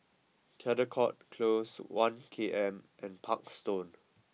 Caldecott Close One K M and Parkstone Road